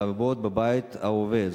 לרבות בבית העובד,